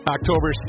October